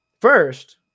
first